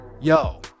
yo